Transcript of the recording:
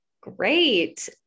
Great